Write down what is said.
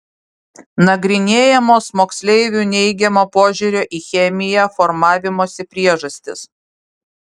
nagrinėjamos moksleivių neigiamo požiūrio į chemiją formavimosi priežastys